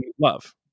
love